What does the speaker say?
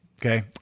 Okay